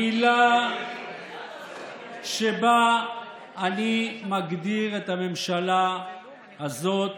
מילה שבה אני מגדיר את הממשלה הזאת,